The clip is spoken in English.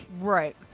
Right